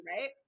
right